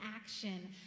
action